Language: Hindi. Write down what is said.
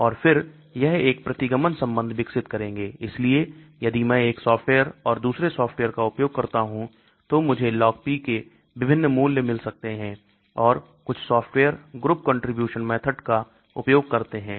और फिर यह एक प्रतिगमन संबंध विकसित करेंगे इसलिए यदि मैं एक सॉफ्टवेयर और दूसरे सॉफ्टवेयर का उपयोग करता हूं तो मुझे LogP के विभिन्न मूल्य मिल सकते हैं और कुछ सॉफ्टवेयर group contribution method का उपयोग करते हैं